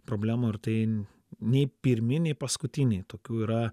problemų ir tai nei pirminiai paskutiniai tokių yra